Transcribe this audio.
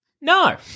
No